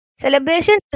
celebrations